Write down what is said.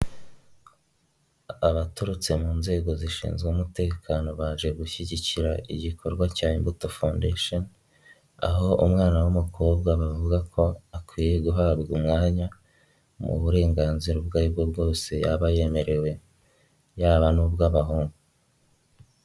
Abaturutse mu nzego zishinzwe umutekano baje gushyigikira igikorwa cya Imbuto fawundesheni, aho umwana w'umukobwa bavuga ko akwiye guhabwa umwanya mu burenganzira ubwo aribwo bwose yaba yemerewe yaba n'ubw'abahungu.